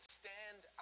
stand